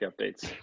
updates